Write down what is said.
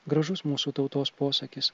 gražus mūsų tautos posakis